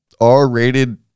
R-rated